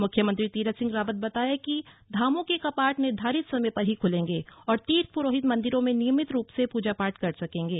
मुख्यमंत्री तीरथ सिंह रावत बताया कि धामों के कपाट निर्धारित समय पर ही खुलेंगे और तीर्थ पुरोहित मंदिरों में नियमित रूप से पूजा पाठ कर सकेगें